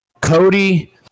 Cody